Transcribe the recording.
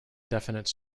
definite